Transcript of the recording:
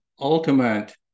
ultimate